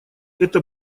это